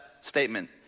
statement